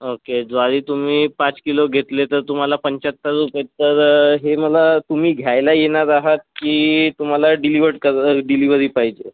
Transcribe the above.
okay ज्वारी तुम्ही पाच किलो घेतले तर तुम्हाला पंच्याहत्तर रुपये तर हे मला तुम्ही घ्यायला येणार आहात की तुम्हाला डिलीवरड कर डिलीवरी पाहिजे